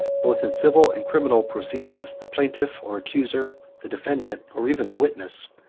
both in civil and criminal proceedings, the plaintiff, or accuser, the defendant, or even the witness,